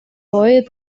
boyd